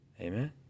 Amen